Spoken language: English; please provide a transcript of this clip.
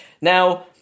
now